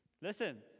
Listen